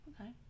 Okay